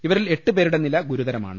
ഇവ രിൽ എട്ട് പേരുടെ നില ഗുരുതരമാണ്